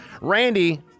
Randy